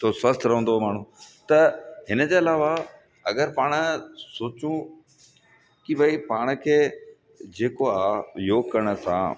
त स्वस्थ रहंदो उहो माण्हू त हिन जे अलावा अगरि पाण सोचूं की भई पाण खे जेको आहे योगु करण सां